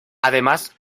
además